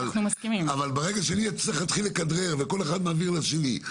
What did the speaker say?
אבל ברגע שאני צריך להתחיל לכדרר וכל אחד מעביר לשני,